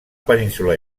península